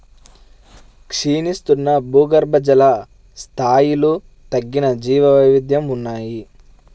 క్షీణిస్తున్న భూగర్భజల స్థాయిలు తగ్గిన జీవవైవిధ్యం ఉన్నాయి